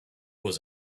was